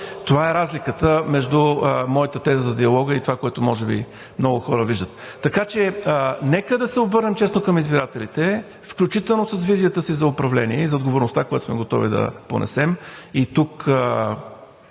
Това е разликата между моята теза за диалога и това, което може би много хора виждат. Така че нека да се обърнем честно към избирателите, включително с визията си за управление и за отговорността, която сме готови да понесем.